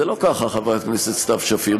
זה לא ככה, חברת הכנסת סתיו שפיר.